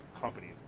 companies